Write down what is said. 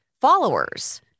followers